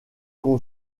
qu’on